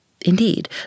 Indeed